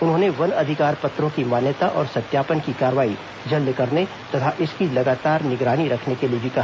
उन्होंने वन अधिकार पत्रों की मान्यता और सत्यापन की कार्रवाई जल्द करने तथा इसकी लगातार निगरानी रखने के लिए भी कहा